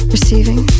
Receiving